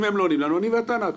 אם הם לא, אני ואתה נעתור.